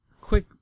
Quick